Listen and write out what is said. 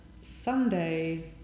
Sunday